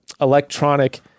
electronic